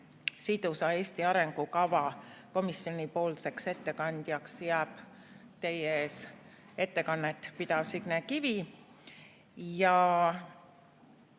sidusa Eesti arengukava komisjonipoolseks ettekandjaks jääb teie ees ettekannet pidav Signe Kivi.